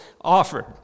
offered